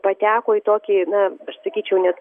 pateko į tokį na aš sakyčiau net